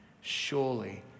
Surely